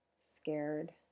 scared